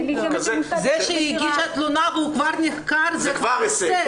זה שהיא הגישה תלונה והוא כבר נחקר, זה הישג.